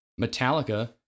Metallica